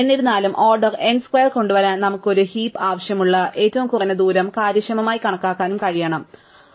എന്നിരുന്നാലും order n square കൊണ്ടുവരാൻ നമുക്ക് ഒരു ഹീപ്പ് ആവശ്യമുള്ള ഏറ്റവും കുറഞ്ഞ ദൂരം കാര്യക്ഷമമായി കണക്കാക്കാനും കഴിയണം ശരിയാണ്